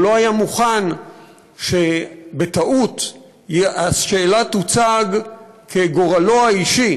והוא לא היה מוכן שבטעות השאלה תוצג כגורלו האישי